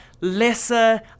lesser